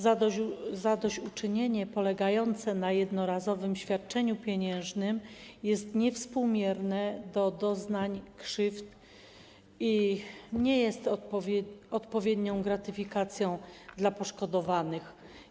Zadośćuczynienie polegające na jednorazowym świadczeniu pieniężnym jest niewspółmierne do doznań krzywd i nie jest odpowiednią gratyfikacją dla poszkodowanych.